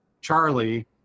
Charlie